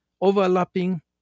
Overlapping